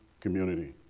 community